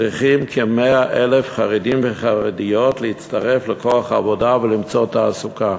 צריכים כ-100,000 חרדים וחרדיות להצטרף לכוח העבודה ולמצוא תעסוקה.